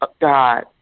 God